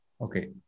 Okay